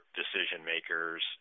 decision-makers